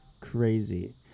crazy